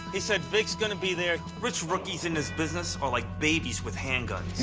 he said vic's going to be there. rich rookies in this business are like babies with handguns.